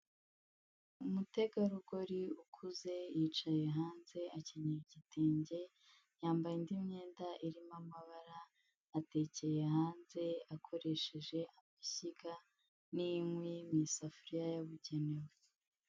Umutegarugori ukuze yicaye hanze, akenyeye igitenge, yambaye indi myenda irimo amabara, atekeye hanze akoresheje amashyiga n'inkwi n'isafuriya yabugenewe.